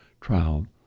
trial